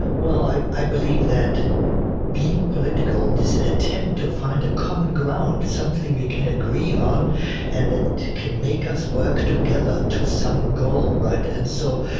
well, i i believe that being political is an attempt to find a common ground, something we can agree on and that can make us work together to some goal, right? and so,